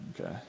Okay